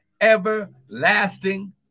everlasting